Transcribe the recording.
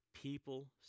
People